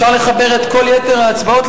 אפשר לחבר את כל יתר ההצבעות,